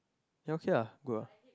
you okay ah good ah